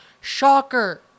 Shocker